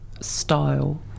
style